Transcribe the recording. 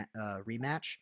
rematch